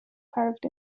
carved